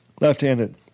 Left-handed